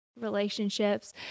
relationships